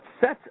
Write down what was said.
sets